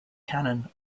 cannon